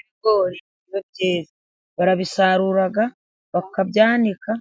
Ibigori iyo byeze, barabisarura bakabyanika,